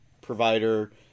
provider